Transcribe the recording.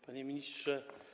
Panie Ministrze!